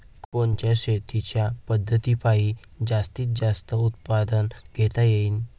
कोनच्या शेतीच्या पद्धतीपायी जास्तीत जास्त उत्पादन घेता येईल?